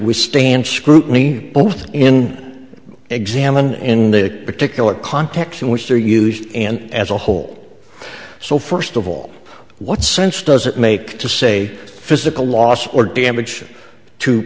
withstand scrutiny both in examined in the particular context in which they're used and as a whole so first of all what sense does it make to say physical loss or damage to